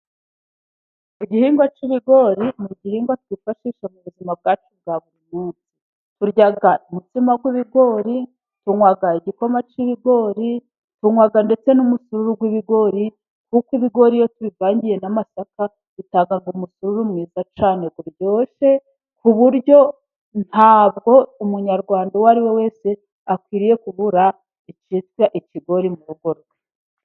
Igihingwa cy'ibigori ni igihingwa twifashisha mu buzima bwacu bwa buri mundi. Turya umutsima w'ibigori, tunywa igikoma cy'ibigori, tunywa ndetse n'umusuru w'ibigori, kuko ibigori iyo tubivangiye n'amasaka bitanga umusururu mwiza cyane uryoshye, ku buryo ntabwo umunyarwanda uwo ari we wese akwiriye kubura icyitwa ikigori mu rugo rwe.